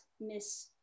miss